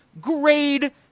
grade